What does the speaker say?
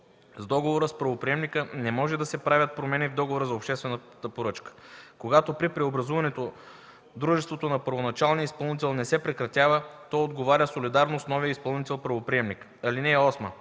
С договора с правоприемника не може да се правят промени в договора за обществената поръчка. Когато при преобразуването дружеството на първоначалния изпълнител не се прекратява, то отговаря солидарно с новия изпълнител-правоприемник. (8)